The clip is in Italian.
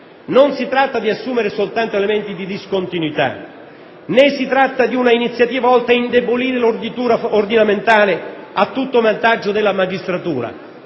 non si tratta di assumere soltanto elementi di discontinuità, né si tratta di un'iniziativa volta a indebolire l'orditura ordinamentale a tutto vantaggio della magistratura.